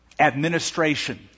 administration